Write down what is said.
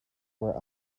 were